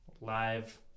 live